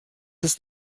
ist